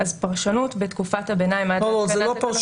אז פרשנות בתקופת הביניים עד התקנת התקנות --- לא,